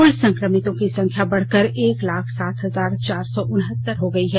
कल संक्रमितों की संख्या बढकर एक लाख सात हजार चार सौ उनहत्तर हो गई है